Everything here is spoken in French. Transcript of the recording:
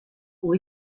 pour